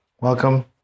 welcome